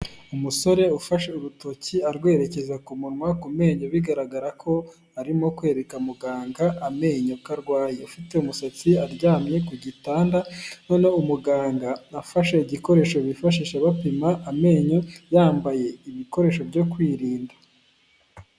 Umusore ufashe urutoki arwerekeza ku munwa ku menyo bigaragara ko arimo kwereka muganga amenyo ko karwaye, afite umusatsi aryamye ku gitanda noneho umuganga afashe igikoresho bifashisha bapima amenyo yambaye ibikoresho byo kwirinda.